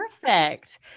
Perfect